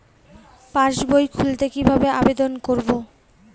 পাসবই খুলতে কি ভাবে আবেদন করব?